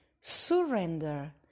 surrender